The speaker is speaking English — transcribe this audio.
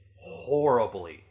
horribly